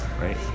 right